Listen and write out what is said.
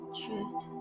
truth